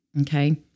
Okay